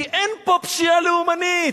כי אין פה פשיעה לאומנית.